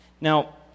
Now